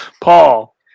Paul